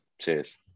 cheers